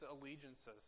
allegiances